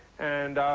and, ah,